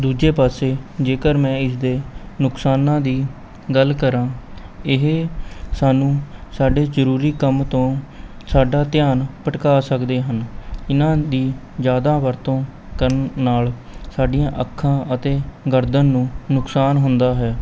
ਦੂਜੇ ਪਾਸੇ ਜੇਕਰ ਮੈਂ ਇਸਦੇ ਨੁਕਸਾਨਾਂ ਦੀ ਗੱਲ ਕਰਾਂ ਇਹ ਸਾਨੂੰ ਸਾਡੇ ਜ਼ਰੂਰੀ ਕੰਮ ਤੋਂ ਸਾਡਾ ਧਿਆਨ ਭਟਕਾ ਸਕਦੇ ਹਨ ਇਹਨਾਂ ਦੀ ਜ਼ਿਆਦਾ ਵਰਤੋਂ ਕਰਨ ਨਾਲ਼ ਸਾਡੀਆਂ ਅੱਖਾਂ ਅਤੇ ਗਰਦਨ ਨੂੰ ਨੁਕਸਾਨ ਹੁੰਦਾ ਹੈ